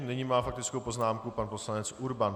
Nyní má faktickou poznámku pan poslanec Urban.